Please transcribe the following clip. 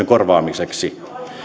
korvaamiseksi